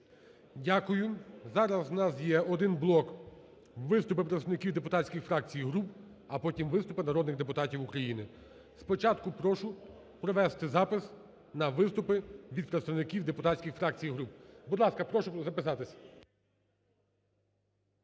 Дякую. Зараз у нас є один блок, виступи представників депутатських фракцій і груп, а потім виступи народних депутатів України. Спочатку прошу провести запис на виступи від представників депутатських фракцій і груп. Будь ласка, прошу записатись.